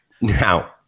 Now